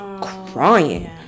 crying